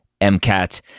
MCAT